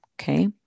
Okay